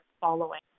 following